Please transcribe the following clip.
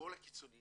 השמאל הקיצוני